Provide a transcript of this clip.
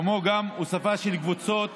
כמו גם הוספה של קבוצות